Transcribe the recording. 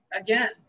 again